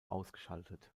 ausgeschaltet